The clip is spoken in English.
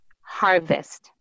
harvest